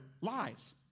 Lies